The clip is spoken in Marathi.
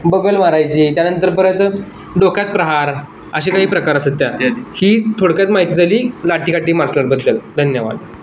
बगल मारायची त्यानंतर परत डोक्यात प्रहार असे काही प्रकार असतात त्यात ही थोडक्यात माहिती झाली लाठीकाठी मार्शलबद्दल धन्यवाद